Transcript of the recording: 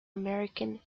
american